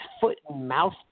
foot-and-mouth